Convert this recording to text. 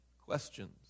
questions